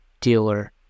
dealer